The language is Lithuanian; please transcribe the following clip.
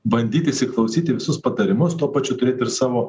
bandyt įsiklausyt į visus patarimus tuo pačiu turėt ir savo